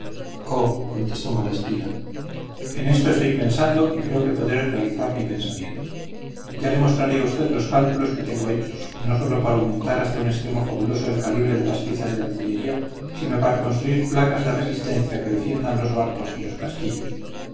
oh contestó malespina en eso estoy pensando y creo que podré realizar mi pensamiento ya le mostraré a usted los cálculos que tengo hechos no sólo para aumentar hasta un extremo fabuloso el calibre de las piezas de artillería sino para construir placas de resistencia que defiendan los barcos y los castillos